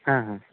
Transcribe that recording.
হ্যাঁ হ্যাঁ